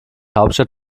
hauptstadt